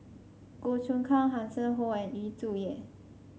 Goh Choon Kang Hanson Ho and Yu Zhuye